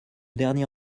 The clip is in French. dernier